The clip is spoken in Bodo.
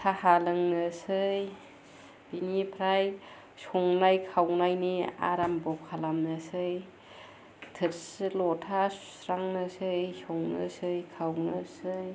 साहा लोंनोसै बेनिफ्राय संनाय खावनायनि आराम्भ' खालामनोसै थोरसि लथा सुस्रांनोसै संनोसै खावनोसै